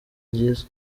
ryiza